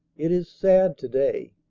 it is sad to-day.